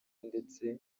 ndetse